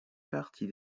partie